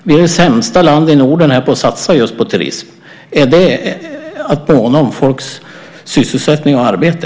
Vi är det sämsta landet i Norden på att satsa på turism. Är det att måna om folks sysselsättning och arbete?